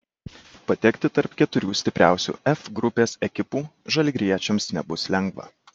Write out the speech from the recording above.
patekti tarp keturių stipriausių f grupės ekipų žalgiriečiams nebus lengva